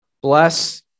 Bless